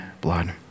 blood